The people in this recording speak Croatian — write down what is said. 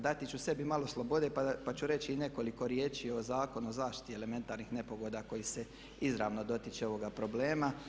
Dati ću sebi malo slobode pa ću reći nekoliko riječi o Zakonu o zaštiti elementarnih nepogoda koji se izravno dotiče ovoga problema.